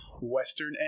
western